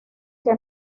que